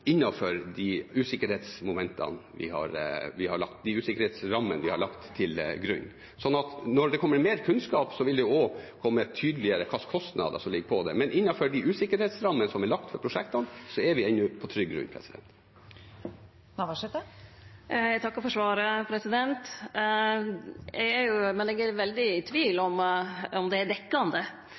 innenfor de usikkerhetsrammene vi har lagt til grunn. Når det kommer mer kunnskap, vil også kostnadene komme tydeligere fram, men innenfor de usikkerhetsrammene som er lagt for prosjektene, er vi ennå på trygg grunn. Det åpnes for oppfølgingsspørsmål – først Liv Signe Navarsete. Eg takkar for svaret, men eg er veldig i tvil om det er